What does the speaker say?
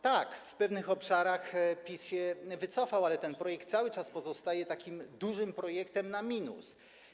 Tak, w pewnych obszarach PiS się wycofał, ale ten projekt cały czas pozostaje takim dużym projektem na minus.